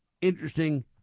interesting